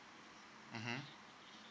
mmhmm